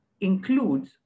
includes